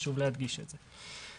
חשוב להדגיש את זה.